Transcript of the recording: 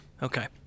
Okay